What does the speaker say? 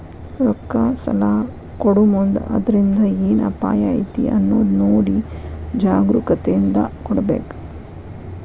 ರೊಕ್ಕಾ ಸಲಾ ಕೊಡೊಮುಂದ್ ಅದ್ರಿಂದ್ ಏನ್ ಅಪಾಯಾ ಐತಿ ಅನ್ನೊದ್ ನೊಡಿ ಜಾಗ್ರೂಕತೇಂದಾ ಕೊಡ್ಬೇಕ್